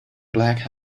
black